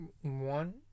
one